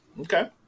Okay